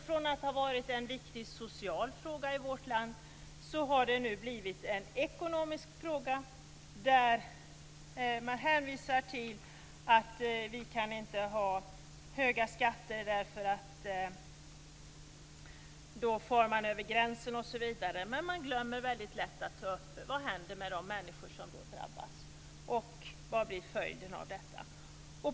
Från att ha varit en viktig social fråga i vårt land har det nu blivit en ekonomisk fråga där man hänvisar till att vi inte kan ha höga skatter därför att då far man över gränsen. Men man glömmer väldigt lätt att ta upp vad som händer med de människor som då drabbas. Vad blir följden av detta?